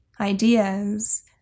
Ideas